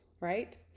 right